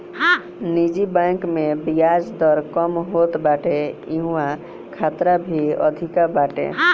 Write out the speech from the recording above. निजी बैंक में बियाज दर कम होत बाटे इहवा खतरा भी अधिका बाटे